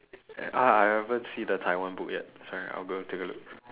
ah I haven't see the taiwan book yet sorry I'll go and take a look